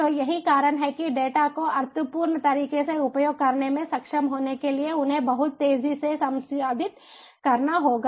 तो यही कारण है कि डेटा को अर्थपूर्ण तरीके से उपयोग करने में सक्षम होने के लिए उन्हें बहुत तेजी से संसाधित करना होगा